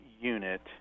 unit